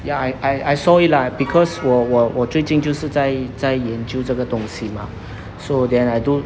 ya I I saw it lah because 我我我最近就是在在研究这个东西 mah so then I do